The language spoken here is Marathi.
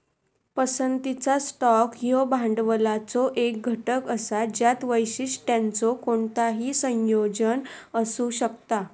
पसंतीचा स्टॉक ह्यो भांडवलाचो एक घटक असा ज्यात वैशिष्ट्यांचो कोणताही संयोजन असू शकता